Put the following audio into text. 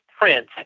print